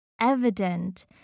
evident